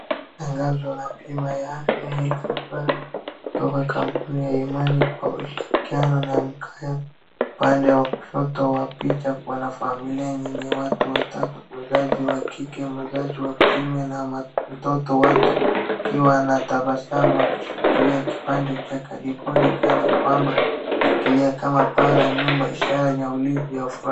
Tangazo ya bima ya afya health insurance kutoka kampuni ya Imani kwa ushirikiano na mkoa ya, upande wa kushoto wa picha kuna familia yenye watatu wazazi wa kike, mzazi wa kiume na mtoto wao akiwa anatabasamu akishikilia kipande cha card board kana kwamba wanawakilisha kama paa la nyumba ya ulinzi ya furaha.